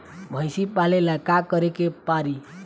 भइसी पालेला का करे के पारी?